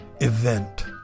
event